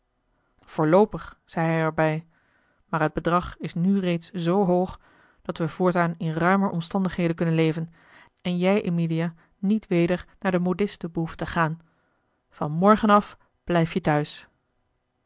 hij er bij maar het bedrag is nu reeds zoo hoog dat we voortaan in ruimer omstandigheden kunnen leven en jij emilia niet weder naar de modiste behoeft te gaan van morgen af blijf je thuis